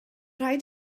rhaid